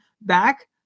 back